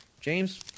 James